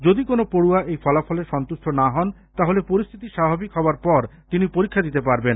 যদি কোনো পড়ুয়া এই ফলাফলে সন্তুষ্ট না হয় তাহলে পরিস্থিতি স্বাভাবিক হলে তিনি পরীক্ষা দিতে পারবেন